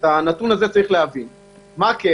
מה כן